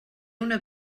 una